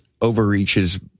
overreaches